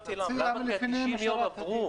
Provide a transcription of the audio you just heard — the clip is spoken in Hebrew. כי חלק מה-90 יום עברו,